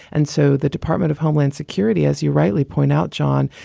and so the department of homeland security, as you rightly point out, john,